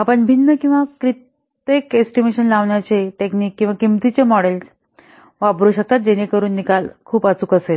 आपण भिन्न किंवा कित्येक एस्टिमेशन लावण्याचे टेक्निक किंवा किंमतीचे मॉडेल वापरू शकता जेणेकरून निकाल खूप अचूक असेल